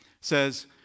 says